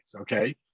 okay